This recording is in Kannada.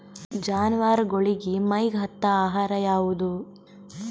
ಜಾನವಾರಗೊಳಿಗಿ ಮೈಗ್ ಹತ್ತ ಆಹಾರ ಯಾವುದು?